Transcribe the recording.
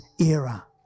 era